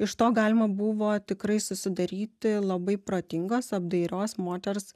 iš to galima buvo tikrai susidaryti labai protingos apdairios moters